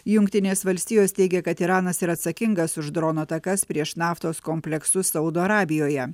jungtinės valstijos teigia kad iranas yra atsakingas už dronų atakas prieš naftos kompleksus saudo arabijoje